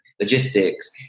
logistics